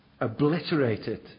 obliterated